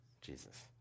Jesus